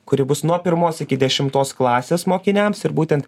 kuri bus nuo pirmos iki dešimtos klasės mokiniams ir būtent